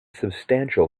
substantial